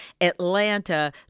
Atlanta